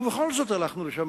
ובכל זאת הלכנו לשם.